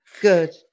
Good